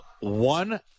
One